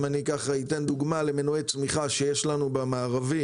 אם אני אתן דוגמה למנועי צמיחה שיש לנו במערבי